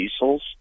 diesels